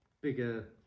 bigger